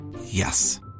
Yes